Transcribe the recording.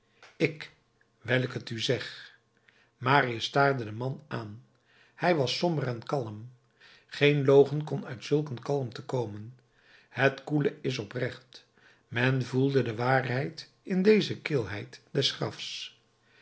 ik wijl ik t u zeg marius staarde den man aan hij was somber en kalm geen logen kon uit zulk een kalmte komen het koele is oprecht men voelde de waarheid in deze kilheid des grafs